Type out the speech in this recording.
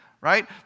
right